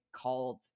called